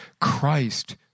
Christ